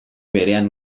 berean